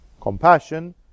compassion